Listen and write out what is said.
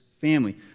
family